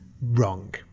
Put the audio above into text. wrong